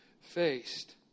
faced